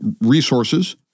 resources